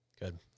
Good